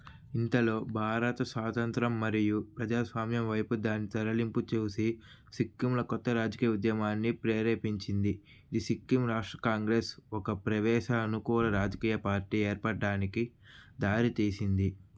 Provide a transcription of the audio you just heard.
ఇంతలో భారత స్వాతంత్రం మరియు ప్రజాస్వామ్యం వైపు దాని తరలింపు చూసి సిక్కింలో కొత్త రాజకీయ ఉద్యమాన్ని ప్రేరేపించింది ఇది సిక్కిం రాష్ట్ర కాంగ్రెస్ ఒక ప్రవేశ అనుకూల రాజకీయ పార్టీ ఏర్పడడానికి దారితీసింది